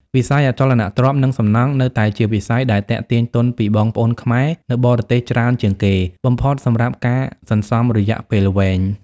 វិស័យអចលនទ្រព្យ និងសំណង់ នៅតែជាវិស័យដែលទាក់ទាញទុនពីបងប្អូនខ្មែរនៅបរទេសច្រើនជាងគេបំផុតសម្រាប់ការសន្សំរយៈពេលវែង។